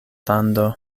lando